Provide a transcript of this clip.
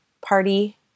party